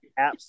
apps